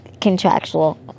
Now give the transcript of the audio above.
contractual